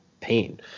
pain